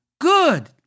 good